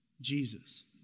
Jesus